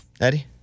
Eddie